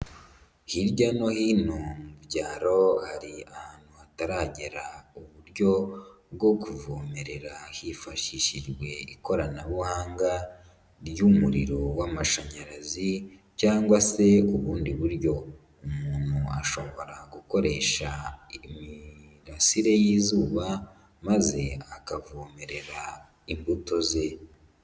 Hirya no hino mu byaro, hari ahantu hataragera uburyo bwo kuvomerera hifashishijwe ikoranabuhanga ry'umuriro w'amashanyarazi cyangwa se ubundi buryo, umuntu ashobora gukoresha imirasire y'izuba maze akavomerera imbuto ze.